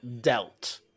dealt